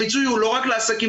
הפיצוי הוא לא רק לעסקים,